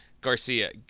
Garcia